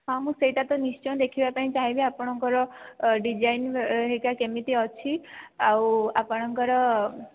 ହଁ ମୁଁ ସେହିଟା ତ ନିଶ୍ଚିୟ ଦେଖିବା ପାଇଁ ଚାହିଁବି ଆପଣଙ୍କର ଡିଜାଇନ ହେରିକା କେମିତି ଅଛି ଆଉ ଆପଣଙ୍କର